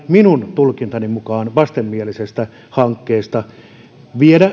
minun tulkintani mukaan perustuslain vastaisesta hankkeesta viedä